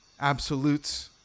absolutes